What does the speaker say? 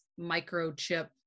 microchip